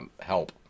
help